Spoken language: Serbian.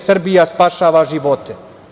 Srbija spašava živote.